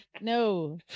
no